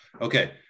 Okay